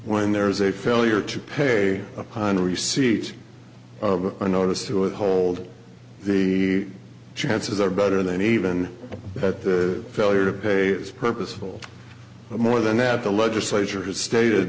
when there is a failure to pay upon receipt of a notice to withhold the chances are better than even that the failure to pay is purposeful more than that the legislature has stated